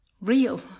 Real